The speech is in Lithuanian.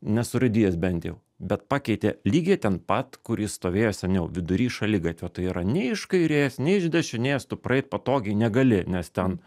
nesurūdijęs bent jau bet pakeitė lygiai ten pat kur jis stovėjo seniau vidury šaligatvio tai yra nei iš kairės nei iš dešinės tu praeit patogiai negali nes ten